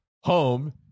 home